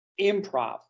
improv